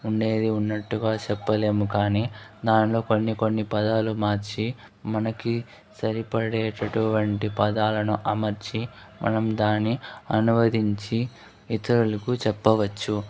ఉండేది ఉన్నట్టుగా చెప్పలేము కాని దాంట్లో కొన్ని కొన్ని పదాలు మార్చి మనకి సరిపడేటటువంటి పదాలను అమర్చి మనం దాని అనువదించి ఇతరులకు చెప్పవచ్చు